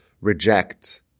reject